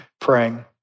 praying